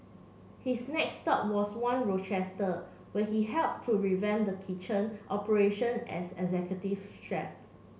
his next stop was One Rochester where he helped to revamp the kitchen operations as executive chef